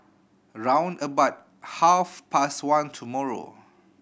round about half past one tomorrow